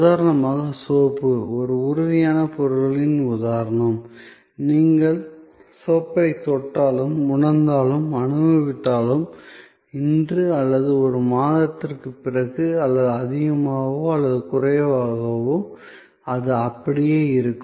உதாரணமாக சோப்பு ஒரு உறுதியான பொருட்களின் உதாரணம் நீங்கள் சோப்பைத் தொட்டாலும் உணர்ந்தாலும் அனுபவித்தாலும் இன்று அல்லது ஒரு மாதத்திற்குப் பிறகு அதிகமாகவோ அல்லது குறைவாகவோ அது அப்படியே இருக்கும்